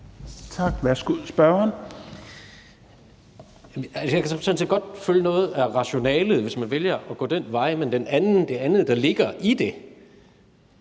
11:57 Jens Rohde (KD): Altså, jeg kan sådan set godt følge noget af rationalet, hvis man vælger at gå den vej. Men det andet, der ligger i det,